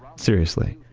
seriously.